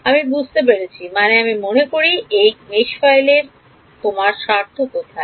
আমি বুঝতে পেরেছি মানে আমি মনে করি এই জাল ফাইল এ আমার স্বার্থ কোথায়